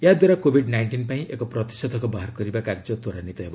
ଏହାଦ୍ୱାରା covid nineteen ପାଇଁ ଏକ ପ୍ରତିଷେଧକ ବାହାର କରିବା କାର୍ଯ୍ୟ ତ୍ୱରାନ୍ୱିତ ହେବ